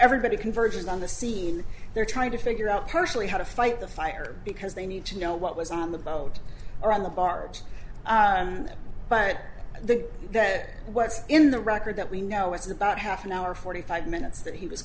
everybody converges on the scene they're trying to figure out personally how to fight the fire because they need to know what was on the boat or on the barge that but the what's in the record that we know is about half an hour forty five minutes that he was